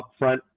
upfront